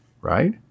right